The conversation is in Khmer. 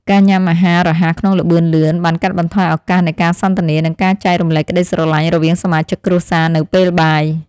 ការញ៉ាំអាហាររហ័សក្នុងល្បឿនលឿនបានកាត់បន្ថយឱកាសនៃការសន្ទនា និងការចែករំលែកក្តីស្រលាញ់រវាងសមាជិកគ្រួសារនៅពេលបាយ។